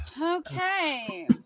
Okay